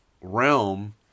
realm